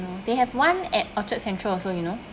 they have one at orchard central also you know